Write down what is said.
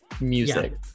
music